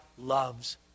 loves